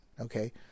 Okay